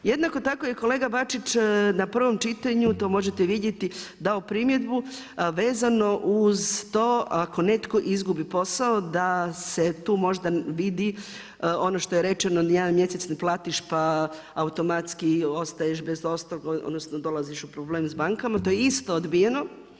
Jednako tako je kolega Bačić na prvom čitanju, to možete vidjeti dao primjedbu vezano uz to ako netko izgubi posao da se tu možda vidi ono što je rečeno jedan mjesec ne platiš, pa automatski ostaješ bez, odnosno dolaziš u problem s bankama, to je isto odbijeno.